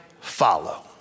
follow